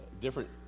different